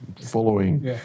following